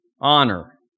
Honor